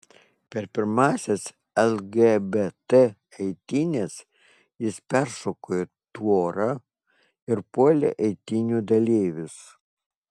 per pirmąsias lgbt eitynes jis peršoko tvorą ir puolė eitynių dalyvius